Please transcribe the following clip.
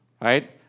right